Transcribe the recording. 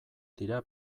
dira